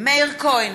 מאיר כהן,